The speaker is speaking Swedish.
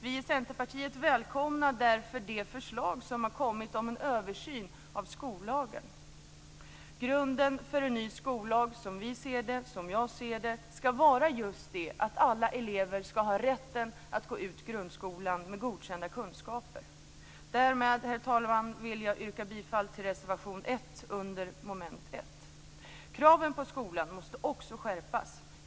Vi i Centerpartiet välkomnar därför det förslag som har kommit om en översyn av skollagen. Grunden för en ny skollag skall som vi ser det vara just att alla elever skall ha rätten att gå ut grundskolan med godkända kunskaper. Därmed, herr talman, vill jag yrka bifall till reservation 1 under mom. 1. Kraven på skolan måste också skärpas.